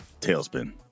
Tailspin